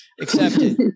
accepted